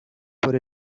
por